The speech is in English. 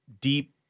deep